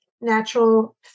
natural